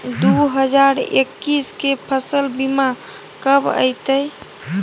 दु हजार एक्कीस के फसल बीमा कब अयतै?